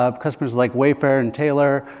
ah customers like wayfair and taylor,